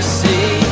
see